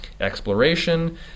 exploration